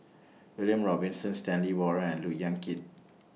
William Robinson Stanley Warren and Look Yan Kit